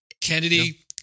Kennedy